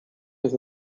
has